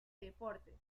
deportes